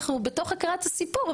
אנחנו בתוך הקראת הסיפור,